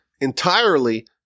entirely